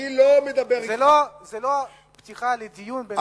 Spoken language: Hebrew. זו לא פתיחה לדיון בינך לבינו.